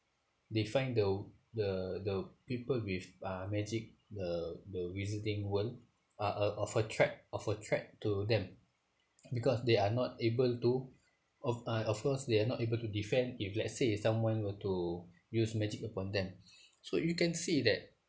they find the the the people with uh magic the the wizarding world are a of a threat of a threat to them because they are not able to of uh of course they are not able to defend if let's say if someone were to use magic upon them so you can see that